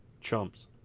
chumps